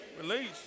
release